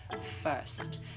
first